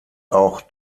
auch